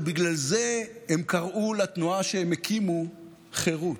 ובגלל זה הם קראו לתנועה שהם הקימו "חירות",